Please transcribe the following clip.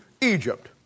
Egypt